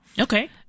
Okay